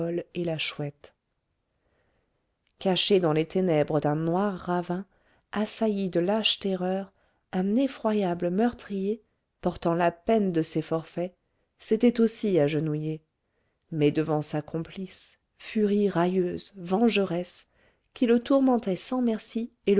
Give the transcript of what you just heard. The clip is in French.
et la chouette caché dans les ténèbres d'un noir ravin assailli de lâches terreurs un effroyable meurtrier portant la peine de ses forfaits s'était aussi agenouillé mais devant sa complice furie railleuse vengeresse qui le tourmentait sans merci